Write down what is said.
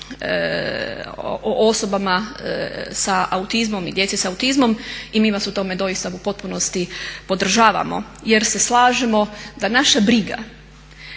osobama sa autizmom i djece sa autizmom i mi vas u tome doista u potpunosti podržavamo jer se slažemo da naša briga,